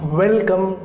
welcome